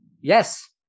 Yes